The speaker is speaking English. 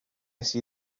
see